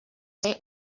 ser